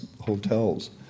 hotels